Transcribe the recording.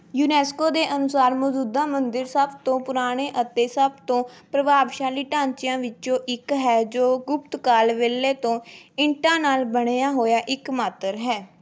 UNESCO ਦੇ ਅਨੁਸਾਰ ਮੌਜੂਦਾ ਮੰਦਰ ਸਭ ਤੋਂ ਪੁਰਾਣੇ ਅਤੇ ਸਭ ਤੋਂ ਪ੍ਰਭਾਵਸ਼ਾਲੀ ਢਾਂਚਿਆਂ ਵਿੱਚੋਂ ਇੱਕ ਹੈ ਜੋ ਗੁਪਤ ਕਾਲ ਵੇਲੇ ਤੋਂ ਇੱਟਾਂ ਨਾਲ਼ ਬਣਿਆ ਹੋਇਆ ਇੱਕਮਾਤਰ ਹੈ